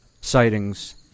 sightings